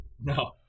No